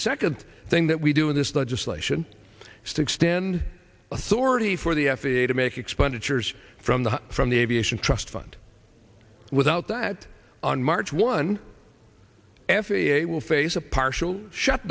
second thing that we do in this legislation is to extend authority for the f a a to make expenditures from the from the aviation trust fund without that on march one f a a will face a partial shut